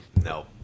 No